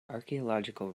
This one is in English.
archeological